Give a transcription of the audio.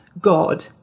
God